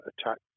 attack